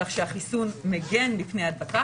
כך שהחיסון מגן מפני ההדבקה.